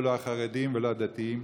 ולא החרדים ולא הדתיים.